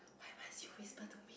why must you whisper to me